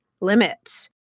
limits